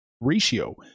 ratio